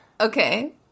Okay